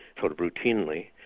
sort of routinely,